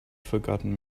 forgotten